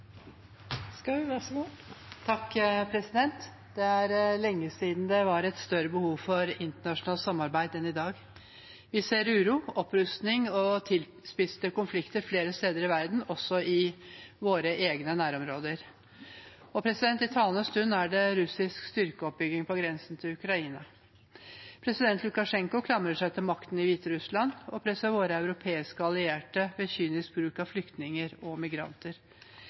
lenge siden det var et større behov for internasjonalt samarbeid enn i dag. Vi ser uro, opprustning og tilspissede konflikter flere steder i verden, også i våre egne nærområder. I talende stund er det russisk styrkeoppbygging på grensen til Ukraina. President Lukasjenko klamrer seg til makten i Hviterussland og presser våre europeiske allierte ved kynisk bruk av flyktninger og migranter.